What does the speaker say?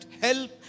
help